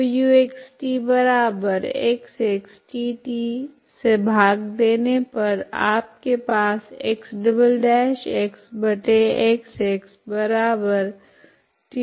तो uxtXT से भाग देने पर आपके पास है